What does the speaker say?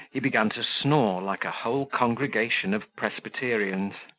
he began to snore like a whole congregation of presbyterians.